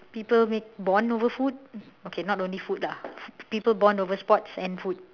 people make bond over food okay not only food lah people bond over sports and food